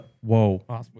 whoa